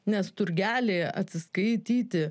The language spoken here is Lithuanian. nes turgelyje atsiskaityti